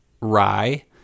rye